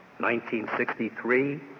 1963